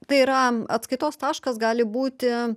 tai yra atskaitos taškas gali būti